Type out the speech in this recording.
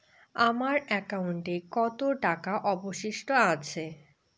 আমার একাউন্টে কত টাকা অবশিষ্ট আছে?